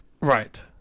right